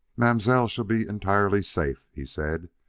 mam'selle shall be entirely safe, he said.